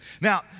Now